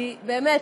כי באמת,